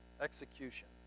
execution